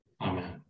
Amen